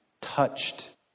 touched